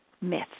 myth